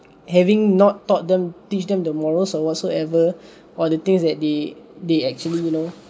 having not taught them teach them the morals or whatsoever or the things that they they actually you know